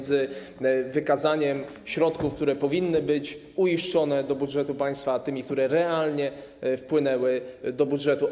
Chodzi o wykazanie środków, które powinny być uiszczone do budżetu państwa, i tych, które realnie wpłynęły do budżetu.